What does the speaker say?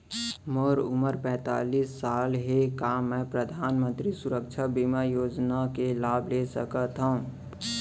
मोर उमर पैंतालीस साल हे का मैं परधानमंतरी सुरक्षा बीमा योजना के लाभ ले सकथव?